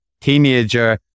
teenager